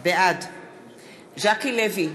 בעד ז'קי לוי,